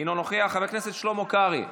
אינו נוכח, חבר הכנסת שלמה קרעי,